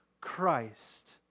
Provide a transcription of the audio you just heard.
Christ